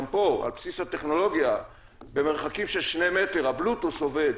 גם פה על בסיס הטכנולוגיה במרחקים של שני מטר ה-Bluetooth עובד.